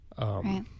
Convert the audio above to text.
Right